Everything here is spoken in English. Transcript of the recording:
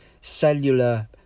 cellular